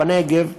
בנגב,